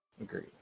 Agreed